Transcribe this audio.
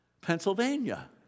Pennsylvania